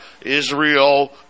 Israel